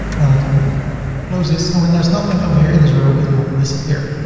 and i want to close this, and when there's nothing over here in this row, it will disappear.